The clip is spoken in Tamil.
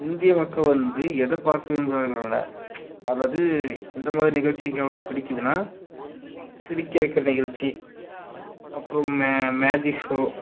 இந்திய மக்கள் வந்து எதை பார்க்க விரும்புகிறார்கள் என்றால் அல்லது எந்த மாதிரி நிகழ்ச்சி அவங்களுக்கு பிடிக்குதுனா சிரிக்க வைக்கிற நிகழ்ச்சி அப்புறம் மே மேஜிக் ஷோ